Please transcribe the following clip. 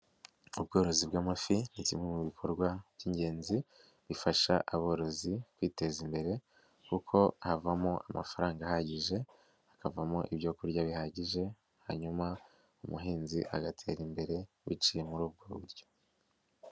Ubworozi bw'amafi ni kimwe mu bikorwa by'ingenzi bifasha aborozi kwiteza imbere kuko havamo amafaranga ahagije, hakavamo ibyo kurya bihagije hanyuma umuhinzi agatera imbere biciye muri ubwo buryo.